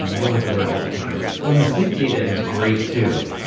um you don't have to wear it all the time. um the sleep data is great too,